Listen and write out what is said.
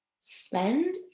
Spend